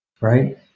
right